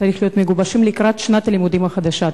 צריך להיות מגובשים לקראת שנת הלימודים החדשה.